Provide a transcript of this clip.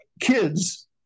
kids